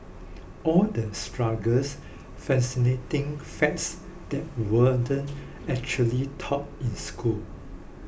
all the struggles fascinating facts that weren't actually taught in school